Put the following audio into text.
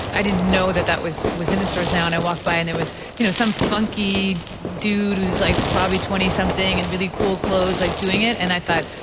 i didn't know that that was was in the stores now and i walked by and there was you know some funky dude who was like probably twenty something and really cool clothes like doing it and i thought,